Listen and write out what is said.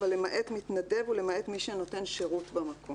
למעט מתנדב ולמעט מי שנותן שירות במקום.